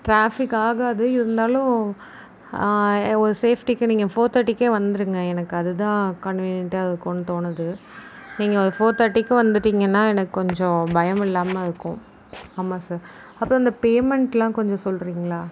traffic ஆகாது இருந்தாலும் ஒரு சேஃப்டிக்கு நீங்கள் ஃபோர் தேர்ட்டிக்கே வந்துருங்க எனக்கு அதுதான் கன்வனியன்ட்டாக இருக்குன்னு தோணுது நீங்கள் ஃபோர் தேர்ட்டிக்கு வந்துட்டிங்கன்னா எனக்கு கொஞ்சம் பயம் இல்லாமல் இருக்கும் ஆமாம் சார் அப்புறோம் இந்த பேமெண்ட்லாம் கொஞ்சம் சொல்லுறிங்ளா